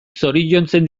zoriontzen